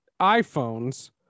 iPhones